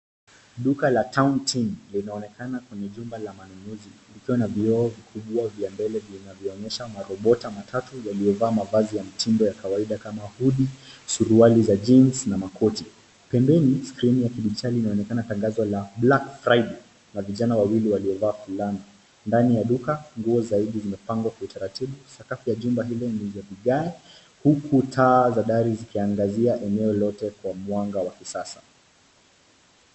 Duka la Town Team inaonekana kwenye jumba la manunuzi ikiwa na vioo vikubwa vya mbele vinavyoonyesha marobota matatu yaliyovaa mavazi ya mtindo wa kawaida kama hudi, suruali za jeans na makoti. Pembeni skrini ya kidigitali inaonekana tangazo la black friday na vijana wawili waliovaa fulana .Ndani ya duka nguo zaidi zimepangwa kwa utaratibu. Sakafuni la jumba hilo ni la vigae huku taa za dari zikiangazia eneo lote kwa mwanga wa kisasa.